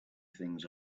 things